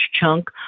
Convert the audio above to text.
chunk